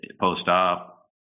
post-op